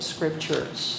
Scriptures